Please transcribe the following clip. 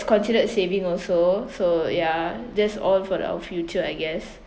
considered saving also so yeah that's all for our future I guess